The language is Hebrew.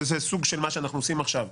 שזה סוג של מה שאנחנו עושים עכשיו,